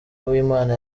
uwimana